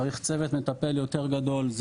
צריך צוות מטפל יותר גדול,